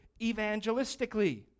evangelistically